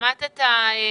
שמעת את השיח.